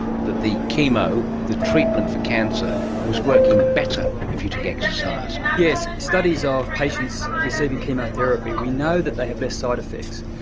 that the chemo, the treatment for cancer, was working better if you took exercise. yes, studies of patients receiving chemotherapy, we know that they have less side effects,